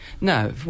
No